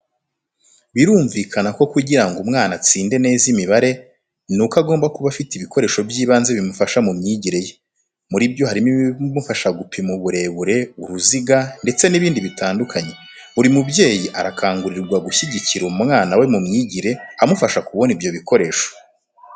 Birumvikana ko kugira ngo umwana atsinde neza imibare nuko agomba kuba afite ibikoresho by'ibanze bimufasha mu myigire ye. Muri byo harimo ibimufasha gupima uburebure, uruziga, ndetse nibindi bitandukanye. Buri mubyeyi arakangurirwa gushyigikira umwana we mu myigire, amufasha kubona ibyo bikoresho.